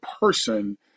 person